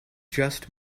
just